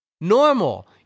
normal